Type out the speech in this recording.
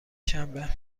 شنبه